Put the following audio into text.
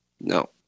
No